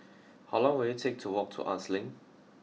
how long will it take to walk to Arts Link